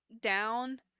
down –